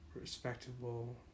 respectable